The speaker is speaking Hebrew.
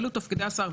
אלו תפקידי השר,